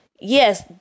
yes